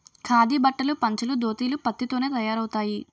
ఖాదీ బట్టలు పంచలు దోతీలు పత్తి తోనే తయారవుతాయి